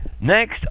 next